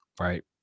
Right